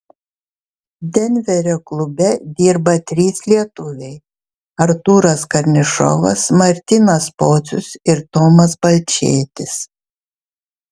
denverio klube dirba trys lietuviai artūras karnišovas martynas pocius ir tomas balčėtis